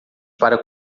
para